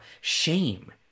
shame